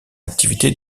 activité